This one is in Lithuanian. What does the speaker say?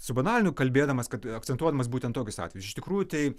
subanalinu kalbėdamas kad akcentuojamas būtent tokius atvejus iš tikrųjų tai